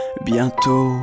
Bientôt